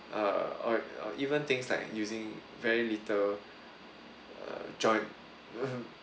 err or or even things like using very little err joint